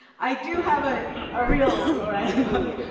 i do have a ah real o'reilly book.